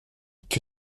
que